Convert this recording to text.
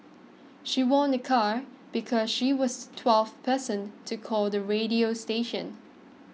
she won a car because she was twelfth person to call the radio station